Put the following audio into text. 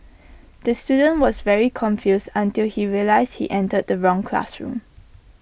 the student was very confused until he realised he entered the wrong classroom